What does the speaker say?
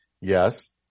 yes